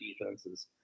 defenses